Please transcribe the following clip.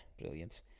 brilliant